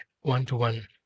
one-to-one